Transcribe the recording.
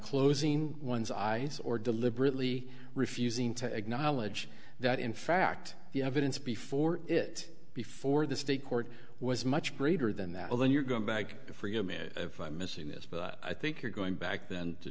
closing one's eyes or deliberately refusing to acknowledge that in fact the evidence before it before the state court was much greater than that well then you're going back to forgive me if i'm missing this but i think you're going back then